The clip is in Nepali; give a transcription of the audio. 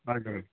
हजुर